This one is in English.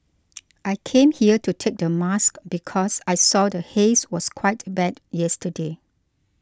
I came here to take the mask because I saw the haze was quite bad yesterday